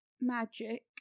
magic